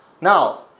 Now